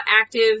active